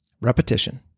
repetition